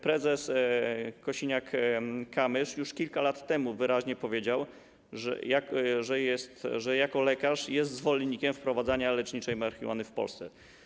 Prezes Kosiniak-Kamysz już kilka lat temu wyraźnie powiedział, że jako lekarz jest zwolennikiem wprowadzania leczniczej marihuany w Polsce.